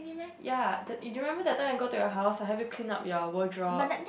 ya that you remember that time I go to your house I help you clean up your wardrobe